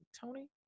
Tony